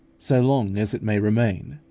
so long as it may remain.